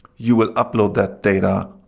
you will upload that data.